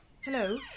Hello